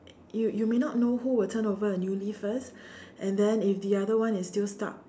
you you may not know who will turn over a new leaf first and then if the other one is still stuck